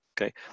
okay